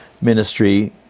ministry